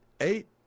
eight